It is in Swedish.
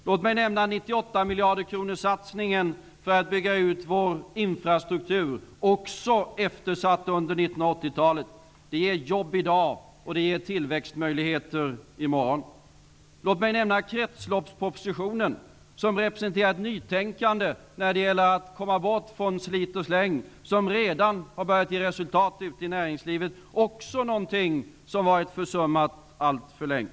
Låt mig nämna 98-miljarderkronorssatsningen för att bygga ut vår infrastruktur, också den eftersatt under 80-talet. Det ger jobb i dag och tillväxtmöjligheter i morgon. Låt mig nämna kretsloppspropositionen, som representerar ett nytänkande när det gäller att komma bort från slit och släng och som redan har börjat ge resultat ute i näringslivet. Också detta område har varit försummat alltför länge.